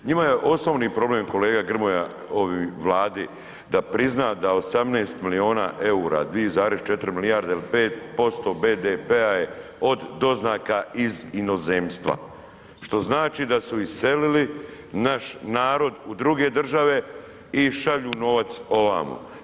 Njima je osnovni problem kolega Grmoja ovoj Vladi da prizna da 18 milijuna eura 2,4 milijarde ili 5% BPD-a od doznaka iz inozemstva što znači da su iselili naš narod u druge države i šalju novac ovamo.